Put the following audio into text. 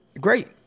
great